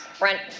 Rent